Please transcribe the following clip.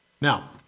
Now